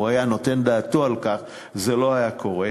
היה נותן דעתו על כך זה לא היה קורה,